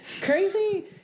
crazy